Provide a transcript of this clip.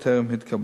אלה טרם התקבלו.